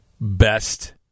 best